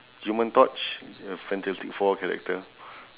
human torch a fantastic four character